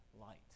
light